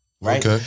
right